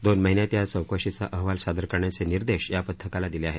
दोन महिन्यात या चौकशीचा अहवाल सादर करण्याचे निर्देश या पथकाला दिले आहेत